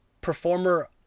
performer